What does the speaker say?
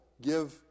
give